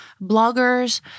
bloggers